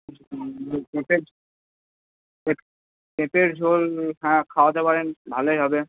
পেঁপের ঝোল হ্যাঁ খাওয়াতে পারেন ভালোই হবে